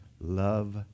love